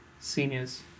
Seniors